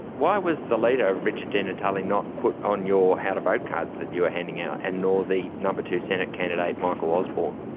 why was the leader richard di natale not put on your how-to-vote cards that you were handing out, and nor the number two senate candidate, michael osborne?